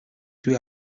dwi